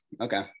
okay